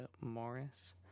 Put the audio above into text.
Morris